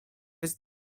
jest